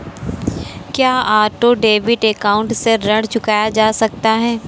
क्या auto debit account से ऋण चुकाया जा सकता है?